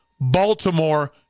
Baltimore